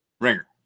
Ringer